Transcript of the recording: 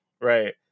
right